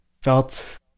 felt